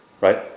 Right